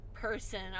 person